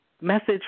message